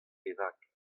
bennak